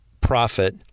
profit